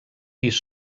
pis